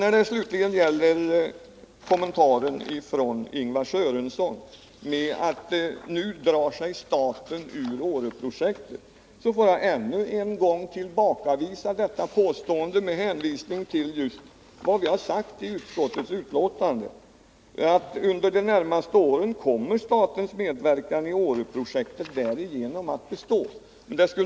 Vad slutligen gäller Lars-Ingvar Sörensons kommentar, att nu drar sig staten ur Åreprojektet, vill jag ännu en gång tillbakavisa det påståendet med hänvisning till vad vi har sagt i utskottets betänkande, nämligen att statens medverkan i Åreprojektet kommer att bestå under, de närmaste åren.